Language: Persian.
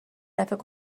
دفعه